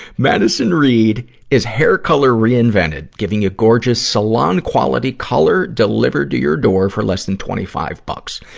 madison reed is hair color reinvented, giving you gorgeous, salon-quality color delivered to your door for less than twenty five bucks.